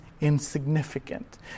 insignificant